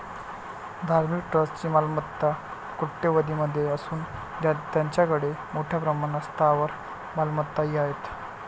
धार्मिक ट्रस्टची मालमत्ता कोट्यवधीं मध्ये असून त्यांच्याकडे मोठ्या प्रमाणात स्थावर मालमत्ताही आहेत